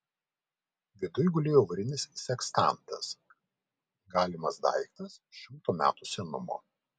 viduj gulėjo varinis sekstantas galimas daiktas šimto metų senumo